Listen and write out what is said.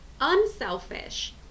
unselfish